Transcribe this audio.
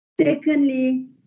Secondly